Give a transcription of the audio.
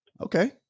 Okay